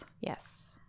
Yes